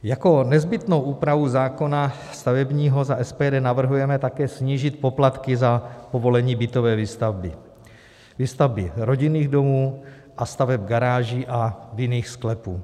Jako nezbytnou úpravu zákona stavebního za SPD navrhujeme také snížit poplatky za povolení bytové výstavby, výstavby rodinných domů a staveb garáží a vinných sklepů.